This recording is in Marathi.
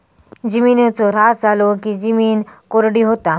जिमिनीचो ऱ्हास झालो की जिमीन कोरडी होता